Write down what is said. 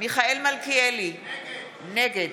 מיכאל מלכיאלי, נגד